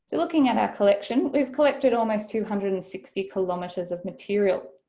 looking at our collection, we've collected almost two hundred and sixty kilometers of material.